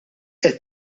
qed